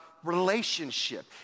relationship